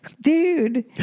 dude